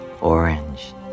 orange